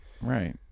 Right